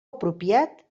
apropiat